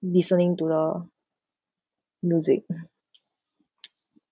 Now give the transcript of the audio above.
listening to the music